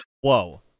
Whoa